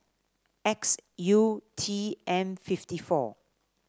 X U T M fifty four